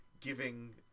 giving